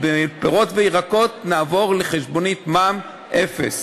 שבפירות וירקות נעבור לחשבונית מע"מ אפס.